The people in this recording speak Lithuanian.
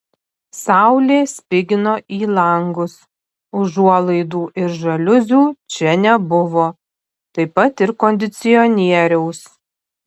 saulė spigino į langus užuolaidų ir žaliuzių čia nebuvo taip pat ir kondicionieriaus